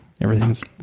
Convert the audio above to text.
everything's